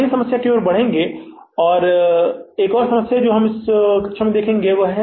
अब हम अगली समस्या की ओर बढ़ेंगे और एक और समस्या जो हम इस वर्ग में करेंगे